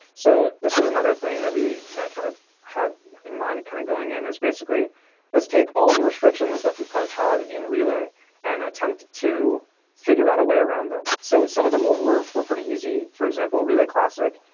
so this was another thing that we kind of had in mind kind of going in is basically let's take all the restrictions that we've kind of had in relay an attempt to figure out a way around them. so some of them were were pretty easy. for example, relay classic,